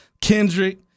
Kendrick